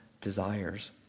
desires